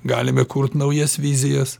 galime kurt naujas vizijas